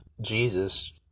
Jesus